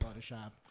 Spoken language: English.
Photoshop